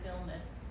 illness